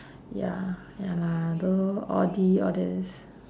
ya ya lah tho~ audi all this